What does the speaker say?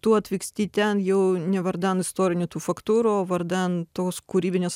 tu atvyksti ten jau ne vardan istorinių tų faktūrų o vardan tos kūrybinės